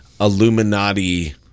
Illuminati